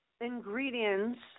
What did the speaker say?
ingredients